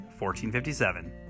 1457